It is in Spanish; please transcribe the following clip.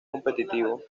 competitivo